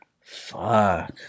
Fuck